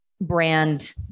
brand